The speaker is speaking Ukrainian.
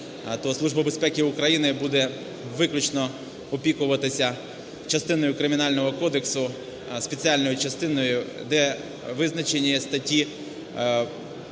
Служба безпеки України буде виключно опікуватися частиною Кримінального кодексу, спеціальною частиною, де визначені статті